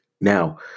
Now